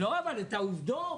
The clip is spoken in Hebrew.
אבל העובדות,